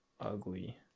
ugly